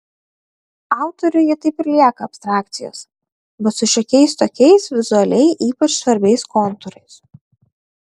autoriui jie taip ir lieka abstrakcijos bet su šiokiais tokiais vizualiai ypač svarbiais kontūrais